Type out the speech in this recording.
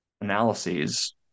analyses